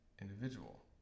individual